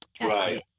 Right